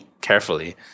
carefully